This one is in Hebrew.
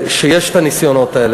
שיש ניסיונות כאלה.